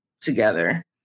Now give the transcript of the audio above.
together